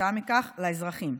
וכתוצאה מכך לאזרחים.